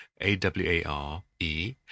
A-W-A-R-E